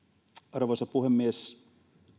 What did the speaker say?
arvoisa puhemies